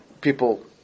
people